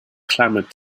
clamored